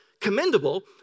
commendable